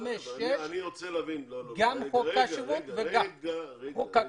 5 ו-6 גם חוק השבות וגם חוק הכניסה.